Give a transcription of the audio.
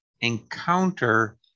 encounter